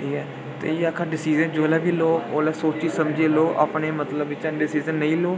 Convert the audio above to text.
ठीक एह् आक्खना की डिसीजन जेल्लै बी ओल्लै सोची समझियै लो अपने मतलब बिच्चा डिसीजन नेईं लो